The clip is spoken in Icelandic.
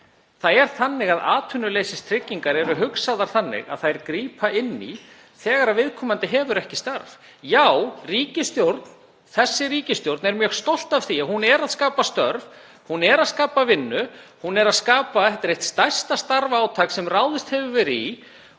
sem eru í boði. Atvinnuleysistryggingar eru hugsaðar þannig að þær grípi inn í þegar viðkomandi hefur ekki starf. Já, þessi ríkisstjórn er mjög stolt af því að hún er að skapa störf, hún er að skapa vinnu, þetta er eitt stærsta starfaátak sem ráðist hefur verið í.